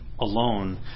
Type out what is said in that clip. alone